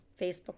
Facebook